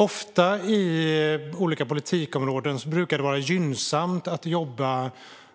Ofta i olika politikområden brukar det vara gynnsamt att jobba